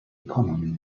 economy